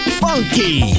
funky